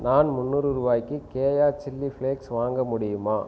நான் முந்நூறு ரூபாய்க்கு கேயா சில்லி ஃப்ளேக்ஸ் வாங்க முடியுமா